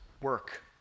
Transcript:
work